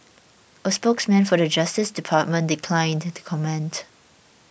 a spokesman for the Justice Department declined to comment